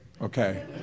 Okay